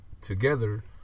together